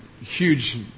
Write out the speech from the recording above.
huge